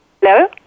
Hello